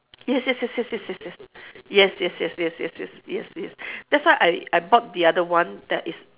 yes yes yes yes yes yes yes yes yes yes yes yes yes yes yes yes that's why I I bought the other one that is